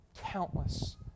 Countless